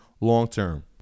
long-term